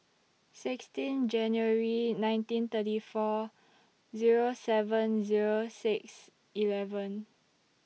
sixteen January nineteen thirty four Zero seven Zero six eleven